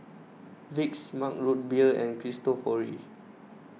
Vicks Mug Root Beer and Cristofori